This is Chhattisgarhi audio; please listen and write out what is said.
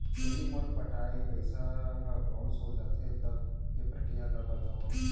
यदि मोर पटाय पइसा ह बाउंस हो जाथे, तब के प्रक्रिया ला बतावव